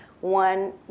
one